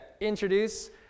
introduce